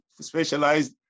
specialized